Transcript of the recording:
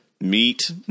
Meat